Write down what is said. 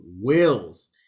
wills